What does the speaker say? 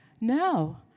No